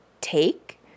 take